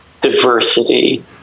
diversity